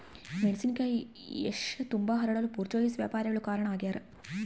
ಮೆಣಸಿನಕಾಯಿ ಏಷ್ಯತುಂಬಾ ಹರಡಲು ಪೋರ್ಚುಗೀಸ್ ವ್ಯಾಪಾರಿಗಳು ಕಾರಣ ಆಗ್ಯಾರ